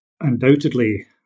undoubtedly